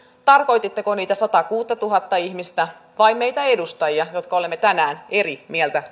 tarkoititteko niitä sataakuuttatuhatta ihmistä vai meitä edustajia jotka olemme tänään eri mieltä